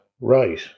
Right